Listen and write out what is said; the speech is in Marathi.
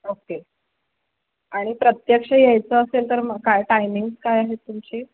ओके आणि प्रत्यक्ष यायचं असेल तर मग काय टायमिंग्ज काय आहेत तुमचे